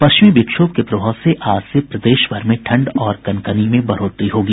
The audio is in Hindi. पश्चिमी विक्षोभ के प्रभाव से आज से प्रदेश भर में ठंड और कनकनी में बढ़ोतरी होगी